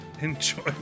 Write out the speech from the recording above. Enjoy